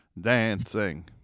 dancing